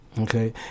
Okay